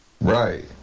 Right